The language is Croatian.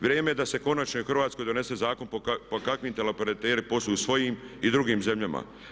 Vrijeme je da se konačno i u Hrvatskoj donese zakon po kakvom teleoperateri posluju i u svojim i drugim zemljama.